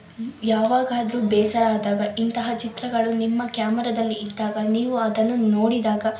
ಯಾವಾಗಾದ್ರೂ ಬೇಸರ ಆದಾಗ ಇಂತಹ ಚಿತ್ರಗಳು ನಿಮ್ಮ ಕ್ಯಾಮರದಲ್ಲಿ ಇದ್ದಾಗ ನೀವು ಅದನ್ನು ನೋಡಿದಾಗ